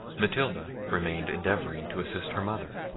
matilda remained endeavouring to assist her mother,